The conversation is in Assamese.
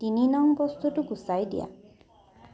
তিনি নং বস্তুটো গুচাই দিয়া